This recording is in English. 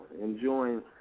enjoying